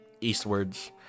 eastwards